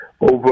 over